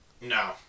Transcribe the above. No